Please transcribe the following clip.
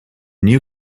new